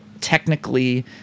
technically